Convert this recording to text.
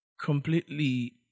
Completely